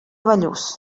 bellús